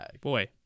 boy